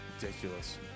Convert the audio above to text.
ridiculous